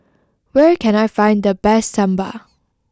where can I find the best Sambar